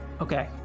Okay